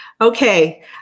Okay